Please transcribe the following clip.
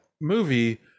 movie